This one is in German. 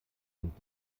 sind